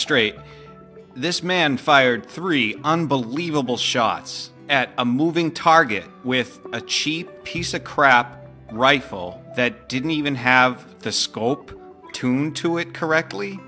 straight this man fired three unbelievable shots at a moving target with a cheap piece of crap rifle that didn't even have the scope to it correctly